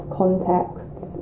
contexts